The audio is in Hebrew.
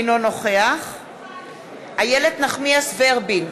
אינו נוכח איילת נחמיאס ורבין,